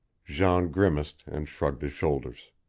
jean grimaced and shrugged his shoulders.